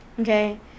okay